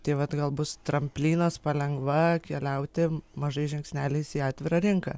tai vat gal bus tramplinas palengva keliauti mažais žingsneliais į atvirą rinką